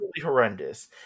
horrendous